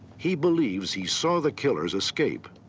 he believes he saw the killer's escape.